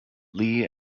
lee